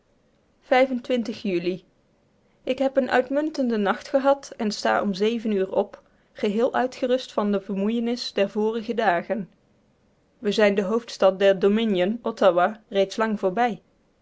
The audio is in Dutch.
juli ik heb een uitmuntenden nacht gehad en sta om zeven uur op geheel uitgerust van de vermoeienis der vorige dagen we zijn de hoofdstad der dominion ottawa reeds lang voorbij